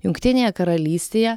jungtinėje karalystėje